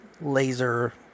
laser